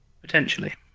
Potentially